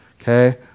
Okay